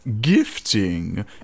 gifting